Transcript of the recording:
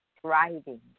thriving